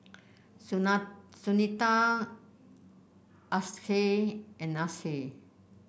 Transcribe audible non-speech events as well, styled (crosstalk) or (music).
(unintelligible) Sunita Akshay and Akshay